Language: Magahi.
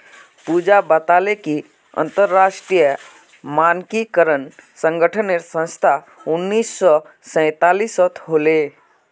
पूजा बताले कि अंतरराष्ट्रीय मानकीकरण संगठनेर स्थापना उन्नीस सौ सैतालीसत होले